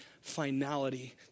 finality